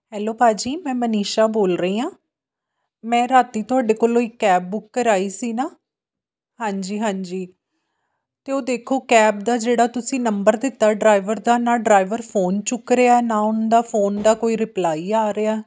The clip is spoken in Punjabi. ਹੈਲੋ ਭਾਅ ਜੀ ਮੈਂ ਮਨੀਸ਼ਾ ਬੋਲ ਰਹੀ ਹਾਂ ਮੈਂ ਰਾਤੀ ਤੁਹਾਡੇ ਕੋਲੋਂ ਇੱਕ ਕੈਬ ਬੁੱਕ ਕਰਵਾਈ ਸੀ ਨਾ ਹਾਂਜੀ ਹਾਂਜੀ ਅਤੇ ਉਹ ਦੇਖੋ ਕੈਬ ਦਾ ਜਿਹੜਾ ਤੁਸੀਂ ਨੰਬਰ ਦਿੱਤਾ ਡਰਾਈਵਰ ਦਾ ਨਾ ਡਰਾਈਵਰ ਫੋਨ ਚੁੱਕ ਰਿਹਾ ਨਾ ਉਹਨਾਂ ਦਾ ਫੋਨ ਦਾ ਕੋਈ ਰਿਪਲਾਈ ਆ ਰਿਹਾ